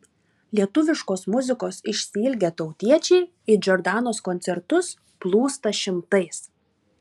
lietuviškos muzikos išsiilgę tautiečiai į džordanos koncertus plūsta šimtais